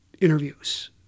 interviews